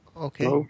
Okay